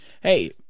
Hey